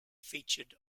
featured